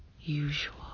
usual